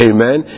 Amen